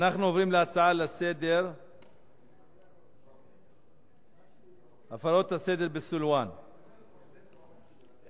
עוברים להצעות לסדר-היום שמספרן: 3795,